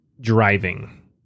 driving